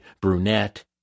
brunette